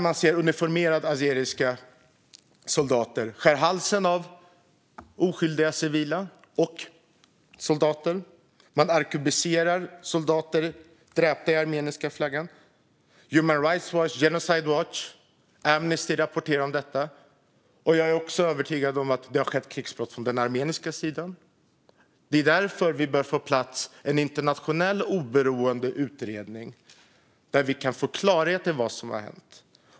Man ser uniformerade azeriska soldater skära halsen av oskyldiga civila och soldater, och man arkebuserar soldater draperade i den armeniska flaggan. Human Rights Watch, Genocide Watch och Amnesty rapporterar om detta. Jag är också övertygad om att det har skett krigsbrott från den armeniska sidan. Det är därför vi bör få på plats en internationell, oberoende utredning där vi kan få klarhet i vad som har hänt.